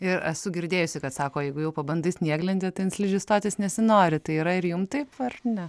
ir esu girdėjusi kad sako jeigu jau pabandai snieglentę tai ant slidžių stotis nesinori tai yra ir jum taip ar ne